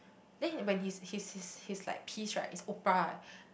then when his his his his like piece right is opera eh